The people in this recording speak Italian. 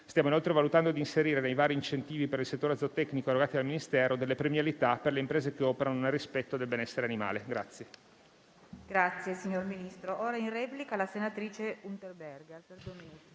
Stiamo inoltre valutando di inserire - nei vari incentivi per il settore zootecnico erogati dal Ministero - delle premialità per le imprese che operano nel rispetto del benessere animale. PRESIDENTE. Ha facoltà di intervenire in replica la senatrice Unterberger,